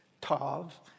tav